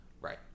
right